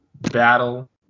Battle